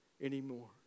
anymore